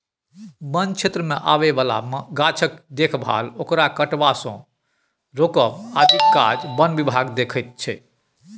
बन क्षेत्रमे आबय बला गाछक देखभाल ओकरा कटबासँ रोकब आदिक काज बन विभाग देखैत छै